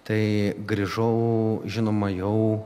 tai grįžau žinoma jau